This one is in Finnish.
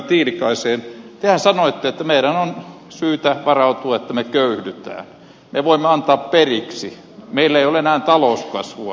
tehän sanoitte että meidän on syytä varautua että me köyhdymme me voimme antaa periksi meillä ei ole enää talouskasvua